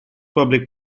public